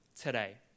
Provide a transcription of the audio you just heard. today